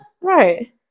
Right